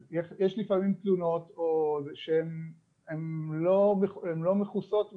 אז, יש לפעמים תלונות שהן לא מכוסות בעובדות,